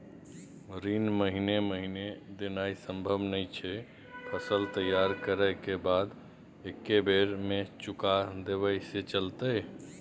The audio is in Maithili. ऋण महीने महीने देनाय सम्भव नय छै, फसल तैयार करै के बाद एक्कै बेर में चुका देब से चलते?